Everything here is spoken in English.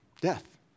Death